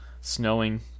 Snowing